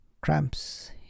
cramps